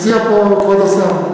מציע פה כבוד השר.